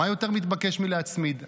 ומה יותר מתבקש מלהצמיד?